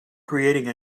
creating